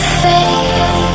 faith